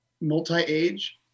multi-age